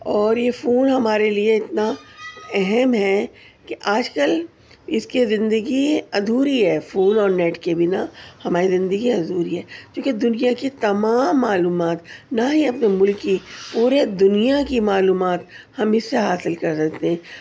اور یہ فون ہمارے لیے اتنا اہم ہے کہ آج کل اس کے زندگی ادھوری ہے فون اور نیٹ کے بنا ہماری زندگی ادھوری ہے کیونکہ دنیا کی تمام معلومات نہ ہی اپنے ملک کی بلکہ پورے دنیا کی معلومات ہم اس سے حاصل کر سکتے ہیں